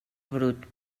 brut